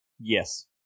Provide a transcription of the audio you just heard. Yes